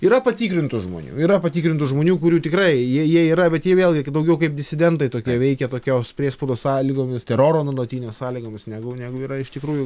yra patikrintų žmonių yra patikrintų žmonių kurių tikrai jie jie yra bet jie vėlgi daugiau kaip disidentai tokie veikia tokios priespaudos sąlygomis teroro nuolatinio sąlygomis negu negu yra iš tikrųjų